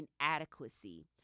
inadequacy